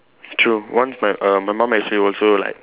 true once my err my mum actually also like